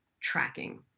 tracking